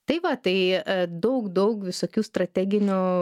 tai va tai daug daug visokių strateginių